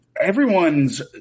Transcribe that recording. Everyone's